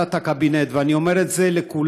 בהחלטת הקבינט, ואני אומר את זה לכולם.